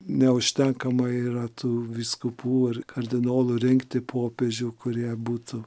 neužtenkamai yra tų vyskupų ar kardinolų rinkti popiežių kurie būtų